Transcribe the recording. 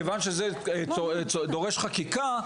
כיוון שזה דורש חקיקה,